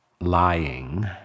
lying